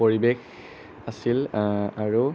পৰিৱেশ আছিল আৰু